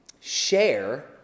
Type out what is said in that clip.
share